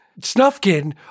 Snufkin